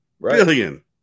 Billion